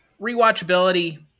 rewatchability